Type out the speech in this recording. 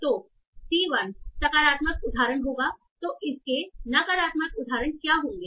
तो C 1 सकारात्मक उदाहरण होगातो इसके नकारात्मक उदाहरण क्या होंगे